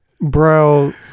Bro